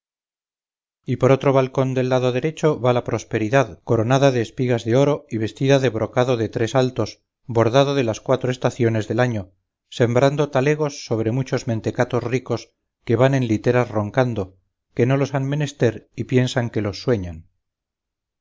y por otro balcón del lado derecho va la prosperidad coronada de espigas de oro y vestida de brocado de tres altos bordado de las cuatro estaciones del año sembrando talegos sobre muchos mentecatos ricos que van en literas roncando que no los han menester y piensan que los sueñan